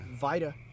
Vita